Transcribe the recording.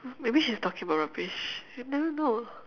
maybe she's talking about rubbish you never know